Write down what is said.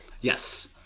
Yes